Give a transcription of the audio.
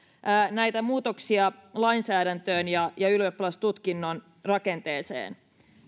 näitä muutoksia lainsäädäntöön ja ja ylioppilastutkinnon rakenteeseen